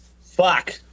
Fuck